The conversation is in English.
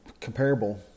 comparable